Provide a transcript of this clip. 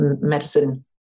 medicine